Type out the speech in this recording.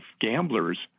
Gamblers